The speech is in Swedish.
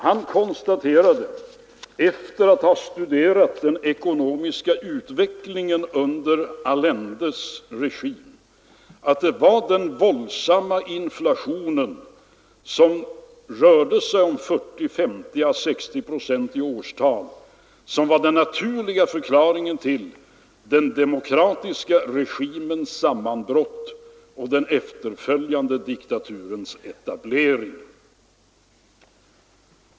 Han konstaterade, efter att ha studerat den ekonomiska utvecklingen under Allendes regi, att det var den våldsamma inflationen — som rörde sig om 40, 50, 60 procent per år — som var den naturliga förklaringen till den demokratiska regimens sammanbrott och den efterföljande diktaturens etablering.